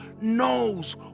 knows